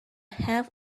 half